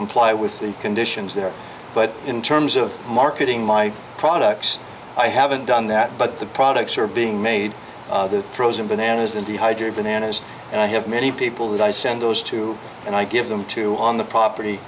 comply with the conditions there but in terms of marketing my products i haven't done that but the products are being made the frozen bananas than to hide your bananas and i have many people that i send those to and i give them to on the property